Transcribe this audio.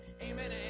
amen